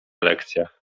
lekcjach